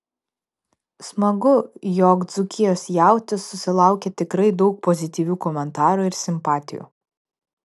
smagu jog dzūkijos jautis susilaukė tikrai daug pozityvių komentarų ir simpatijų